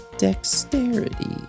Dexterity